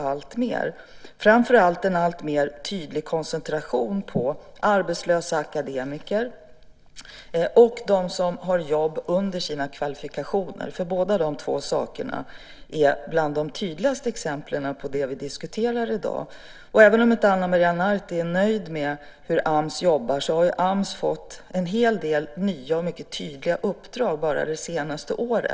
Det är framför allt en alltmer tydlig koncentration på arbetslösa akademiker och dem som har jobb under sina kvalifikationer. Båda de två sakerna är bland de tydligaste exemplen på det vi diskuterar i dag. Även om inte Ana Maria Narti är nöjd med hur AMS jobbar har AMS fått en hel del nya och mycket tydliga uppdrag bara det senaste året.